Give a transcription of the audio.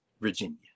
virginia